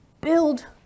build